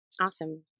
Awesome